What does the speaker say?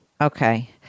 Okay